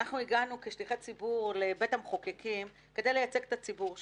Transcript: אנחנו הגענו כשליחי ציבור לבית המחוקקים כדי לייצג את הציבור שלנו.